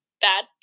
Bad